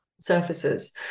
surfaces